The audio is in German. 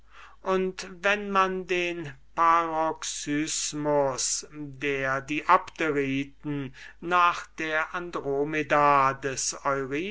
und wem man den paroxysmus der die abderiten nach der andromeda des